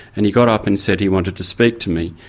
and he got up and said he wanted to speak to me.